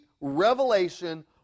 revelation